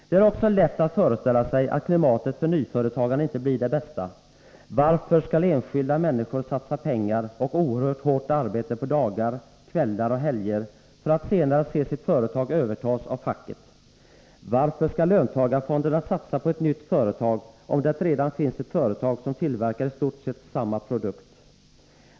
Det är också lätt att föreställa sig att klimatet för nyföretagande inte blir det bästa. Varför skall enskilda människor satsa pengar och oerhört hårt arbete på dagar, kvällar och helger för att senare se sitt företag övertas av facket? Varför skulle löntagarfonderna satsa på ett nytt företag, om det redan finns ett företag som tillverkar i stort sett samma produkt?